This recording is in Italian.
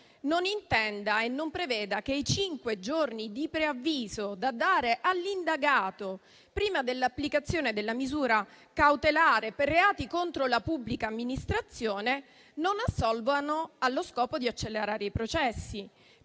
non intenda e non preveda che i cinque giorni di preavviso da dare all'indagato prima dell'applicazione della misura cautelare per reati contro la pubblica amministrazione non assolvano allo scopo di accelerare i processi.